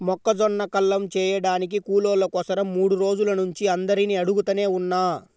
మొక్కజొన్న కల్లం చేయడానికి కూలోళ్ళ కోసరం మూడు రోజుల నుంచి అందరినీ అడుగుతనే ఉన్నా